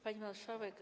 Pani Marszałek!